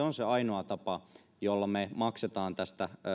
on se ainoa tapa jolla me maksamme tästä